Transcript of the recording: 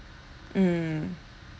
mm